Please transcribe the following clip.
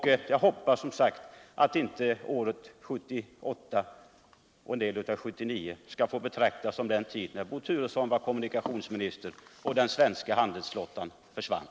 Jag hoppas, som sagt, att inte året 1978 och en del av 1979 skall få betraktas som den tid då Bo Turesson var kommunikationsminister och den sverska handelsflouan försvann.